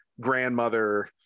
grandmother